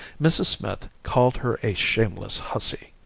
mrs. smith called her a shameless hussy.